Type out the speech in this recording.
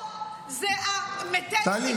אני